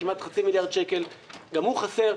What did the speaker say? כמעט חצי מיליארד שקל גם הוא חסר.